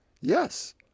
Yes